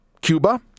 Cuba